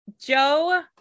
Joe